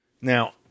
Now